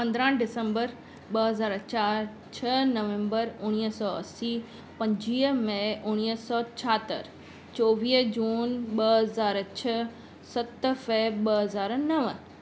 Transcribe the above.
पंद्रहं डिसंबर ॿ हज़ार चारि छ्ह नवंबर उणिवीह सौ असीं पंजुवीह मै उणिवीह सौ छहतरि चौवीह जून ॿ हज़ार छ्ह सत फैब ॿ हज़ार नव